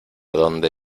dónde